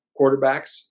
quarterbacks